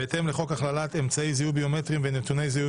בהתאם לחוק הכללת אמצעי זיהוי ביומטריים ונתוני זיהוי